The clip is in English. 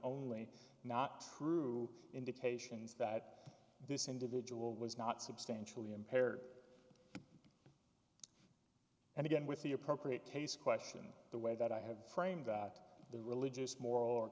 only not true indications that this individual was not substantially impaired and again with the appropriate case question the way that i have framed that the religious moral